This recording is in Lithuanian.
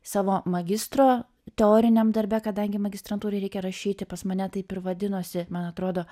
savo magistro teoriniam darbe kadangi magistrantūrai reikia rašyti pas mane taip ir vadinosi man atrodo